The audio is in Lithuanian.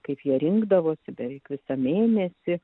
kaip jie rinkdavosi beveik visą mėnesį